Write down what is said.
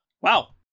wow